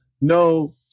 No